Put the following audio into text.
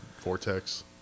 vortex